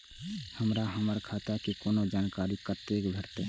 हमरा हमर खाता के कोनो जानकारी कतै भेटतै?